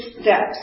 steps